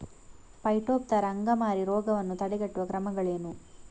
Phytophthora ಅಂಗಮಾರಿ ರೋಗವನ್ನು ತಡೆಗಟ್ಟುವ ಕ್ರಮಗಳೇನು?